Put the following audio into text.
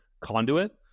Conduit